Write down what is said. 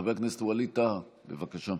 חבר הכנסת ווליד טאהא, בבקשה.